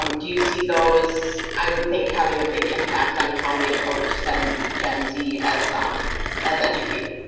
um do you see those i would think having a big impact on how we approach then gen z as as educated.